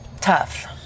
Tough